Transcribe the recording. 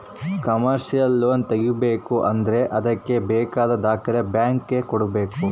commercial loan ತಗೋಬೇಕು ಅಂದ್ರೆ ಅದ್ಕೆ ಬೇಕಾದ ದಾಖಲೆ ಬ್ಯಾಂಕ್ ಗೆ ಕೊಡ್ಬೇಕು